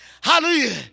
Hallelujah